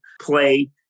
play